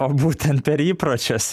o būtent per įpročius